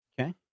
okay